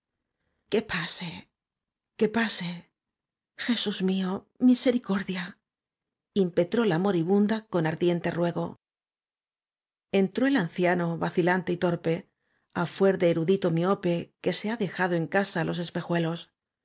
que pase que pase jesús mío misericordia impetró la moribunda con ardiente ruego entró el anciano vacilante y torpe á fuer de erudito miope que se ha dejado en casa los espejuelos